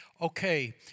Okay